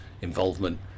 involvement